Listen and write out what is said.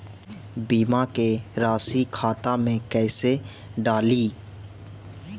बीमा के रासी खाता में कैसे डाली?